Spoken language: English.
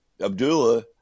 Abdullah